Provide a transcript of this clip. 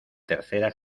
tercera